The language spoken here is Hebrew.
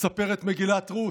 מספרת מגילת רות,